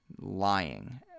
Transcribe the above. lying